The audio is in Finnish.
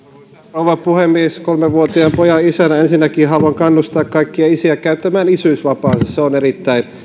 rouva puhemies kolmevuotiaan pojan isänä ensinnäkin haluan kannustaa kaikkia isiä käyttämään isyysvapaansa se on erittäin